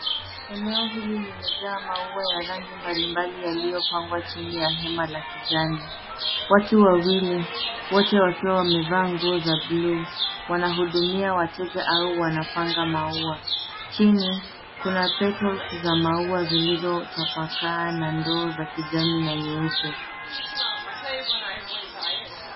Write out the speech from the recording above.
Eneo hili limejaa maua ya rangi mbali mbali yaliyopangwa chini ya hema la kijani. Watu wawili, wote wakiwa wamevaa nguo za blue , wanahudumia wateja au wanapanga maua. Chini, kuna patels za maua zilizotapakaa, na ndoo za kijani na nyeupe.